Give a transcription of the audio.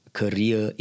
career